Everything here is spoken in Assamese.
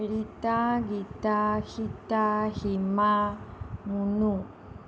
ৰীতা গীতা সীতা সীমা মুনু